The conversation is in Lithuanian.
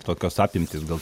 tokios apimtys gal